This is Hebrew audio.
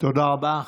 תודה רבה.